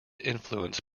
influence